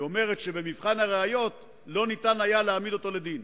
היא אומרת שבמבחן הראיות לא היה אפשר להעמיד אותו לדין.